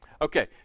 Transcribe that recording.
Okay